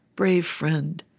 brave friend.